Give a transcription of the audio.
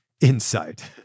insight